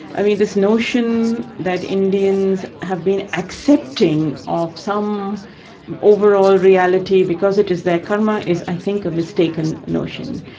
i mean this notion that indians have been accepting of some overall reality because it is their karma is i think a mistaken notion.